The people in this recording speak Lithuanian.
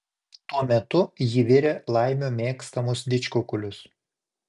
tuo metu ji virė laimio mėgstamus didžkukulius